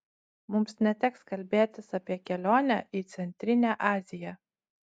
mums neteks kalbėtis apie kelionę į centrinę aziją